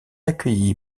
accueilli